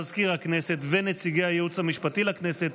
מזכיר הכנסת ונציגי הייעוץ המשפטי לכנסת,